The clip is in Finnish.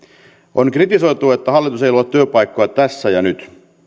on kritisoitu että hallitus ei luo työpaikkoja tässä ja nyt